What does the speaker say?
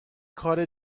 کار